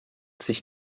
sich